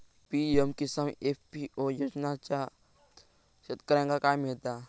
PM Kisan FPO योजनाच्यात शेतकऱ्यांका काय मिळता?